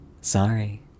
Sorry